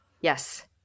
Yes